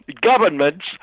Governments